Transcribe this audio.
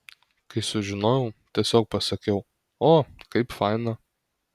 kai sužinojau tiesiog pasakiau o kaip faina